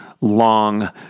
long